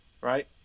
right